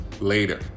later